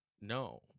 No